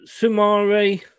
Sumari